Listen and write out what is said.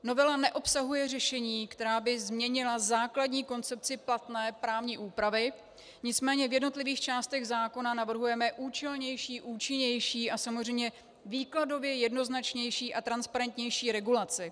Novela neobsahuje řešení, která by změnila základní koncepci platné právní úpravy, nicméně v jednotlivých částech zákona navrhujeme účelnější, účinnější a samozřejmě výkladově jednoznačnější a transparentnější regulaci.